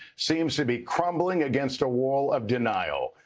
seems to be crumbling against a wall of denial.